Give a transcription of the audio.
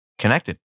connected